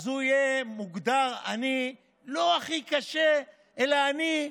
אז הוא יהיה מוגדר עני לא הכי קשה אלא עני,